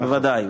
בוודאי.